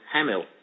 Hamill